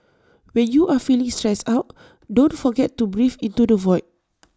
when you are feeling stressed out don't forget to breathe into the void